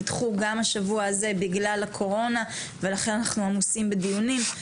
נדחו גם השבוע הזה בגלל הקורונה ולכן אנחנו עמוסים בדיונים.